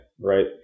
right